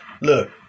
look